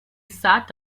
sat